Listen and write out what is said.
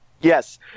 Yes